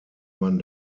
man